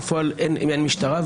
בפועל אין משטרה,